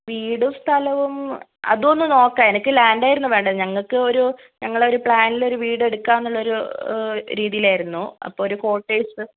വീടും സ്ഥലവും അതും ഒന്ന് നോക്കാം എനിക്ക് ലാൻഡ് ആയിരുന്നു വേണ്ടത് ഞങ്ങൾക്ക് ഒരു ഞങ്ങളെ ഒരു പ്ലാനിലൊരു വീട് എടുക്കാം എന്നുള്ളൊരു രീതിയിലായിരുന്നു അപ്പോൾ ഒരു കോട്ടേഴ്സ്